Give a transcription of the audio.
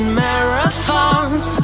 marathons